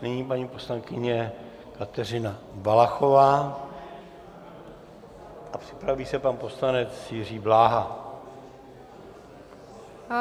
Nyní paní poslankyně Kateřina Valachová a připraví se pan poslanec Jiří Bláha.